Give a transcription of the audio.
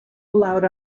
allowed